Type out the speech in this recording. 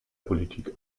politik